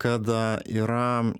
kad yra